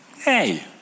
Hey